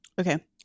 Okay